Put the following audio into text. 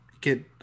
get